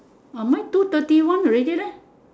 orh mine two thirty one already leh